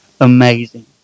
amazing